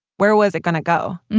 where was it going to go?